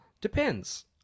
depends